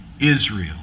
Israel